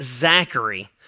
Zachary